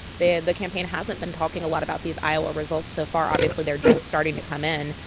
the the campaign hasn't been talking a lot about these iowa results so far. obviously, they're just starting to come in.